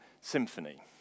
symphony